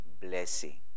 blessing